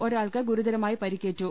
ഒരാൾക്ക് ഗുരുതരമായി പരിക്കേറ്റു